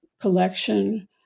collection